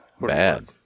Bad